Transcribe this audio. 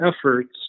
efforts